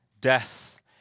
death